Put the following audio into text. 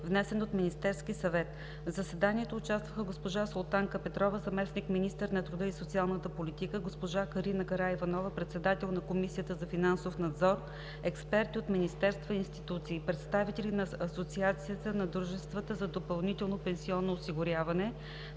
внесен от Министерския съвет. В заседанието участваха госпожа Султанка Петрова, заместник-министър на труда и социалната политика, госпожа Карина Караиванова, председател на Комисията за финансов надзор, експерти от министерства и институции, представители на Асоциацията на дружествата за допълнително пенсионно осигуряване,